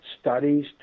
studies